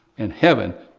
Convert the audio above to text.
and heaven,